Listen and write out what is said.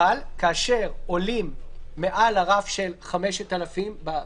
אבל כאשר עולים מעל הרף של 5,000 בקנס,